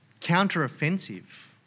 counter-offensive